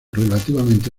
relativamente